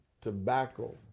tobacco